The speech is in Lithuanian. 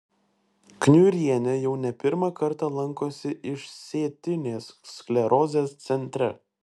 kniurienė jau ne pirmą kartą lankosi išsėtinės sklerozės centre